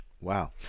Wow